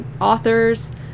authors